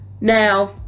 Now